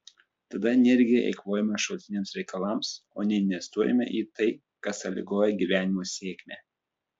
tada energiją eikvojame šalutiniams reikalams o neinvestuojame į tai kas sąlygoja gyvenimo sėkmę